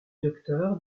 docteur